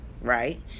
Right